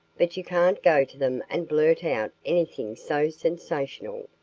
but you can't go to them and blurt out anything so sensational.